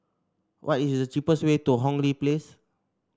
what is the cheapest way to Hong Lee Place